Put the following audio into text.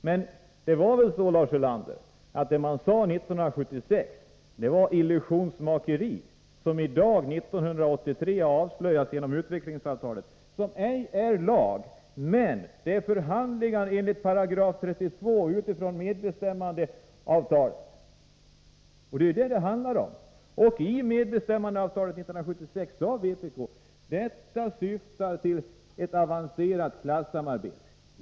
Men det var väl så, Lars Ulander, att det som sades 1976 var illusionsmakeri, som i dag år 1983 avslöjas genom utvecklingsavtalet — som inte är lag men innebär förhandlingar enligt § 32 i medbestämmandeavtalet. Det är vad det handlar om. I samband med medbestämmandeavtalet 1976 sade vpk: Detta syftar till ett avancerat klassamarbete.